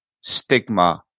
stigma